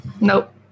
nope